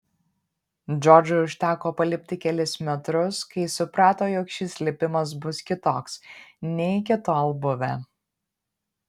džordžui užteko palipti kelis metrus kai suprato jog šis lipimas bus kitoks nei iki tol buvę